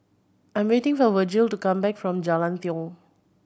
I'm waiting for Vergil to come back from Jalan Tiong